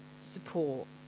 support